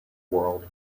world